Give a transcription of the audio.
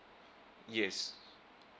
yes